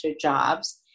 jobs